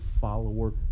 follower